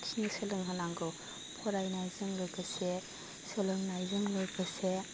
आखिनो सोलोंहोनांगौ फरायनायजों लोगोसे सोलोंनायजों लोगोसे